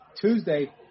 Tuesday